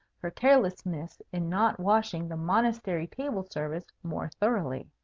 for carelessness in not washing the monastery table-service more thoroughly.